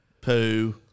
poo